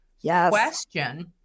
question